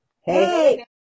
Hey